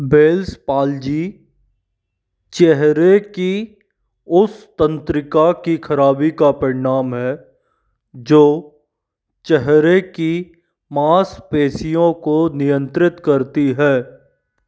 bells palsy चेहरे की उस तंत्रिका की खराबी का परिणाम है जो चेहरे की मांसपेशियों को नियंत्रित करती है